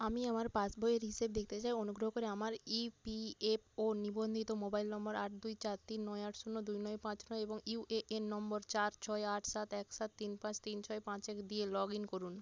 আমি আমার পাসবইয়ের হিসেব দেখতে চাই অনুগ্রহ করে আমার ইপিএফও নিবন্ধিত মোবাইল নম্বর আট দুই চার তিন নয় আট শূন্য দুই নয় পাঁচ নয় এবং ইউএএন নম্বর চার ছয় আট সাত এক সাত তিন পাঁচ তিন ছয় পাঁচ এক দিয়ে লগইন করুন